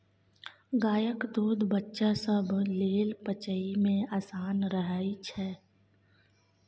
गायक दूध बच्चा सब लेल पचइ मे आसान रहइ छै